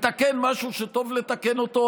מתקן משהו שטוב לתקן אותו,